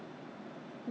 but okay wait